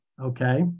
okay